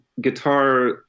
guitar